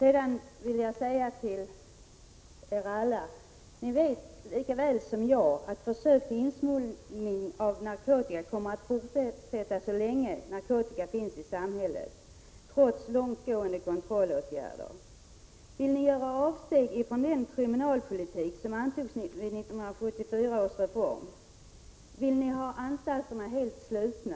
Jag vill säga till er alla att ni vet lika väl som jag att försök till insmuggling av narkotika kommer att fortsätta så länge det finns narkotika i samhället, trots långtgående kontrollåtgärder. Vill ni göra avsteg från den kriminalpolitik som antogs i 1974 års kriminalvårdsreform? Vill ni ha anstalterna helt slutna?